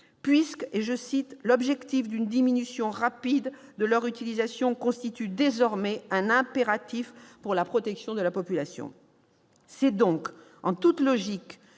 puisque « l'objectif d'une diminution rapide de leur utilisation constitue désormais un impératif pour la protection de la population ». C'est donc en toute logique